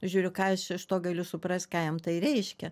žiūriu ką aš iš to galiu suprast ką jam tai reiškia